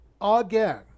again